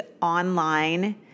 online